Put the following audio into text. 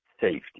safety